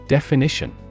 Definition